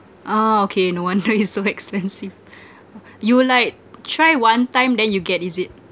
ah okay no wonder it's so expensive you like try one time then you get is it